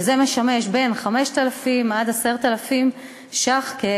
בין 5,000 ל-10,000 שקל,